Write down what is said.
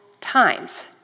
times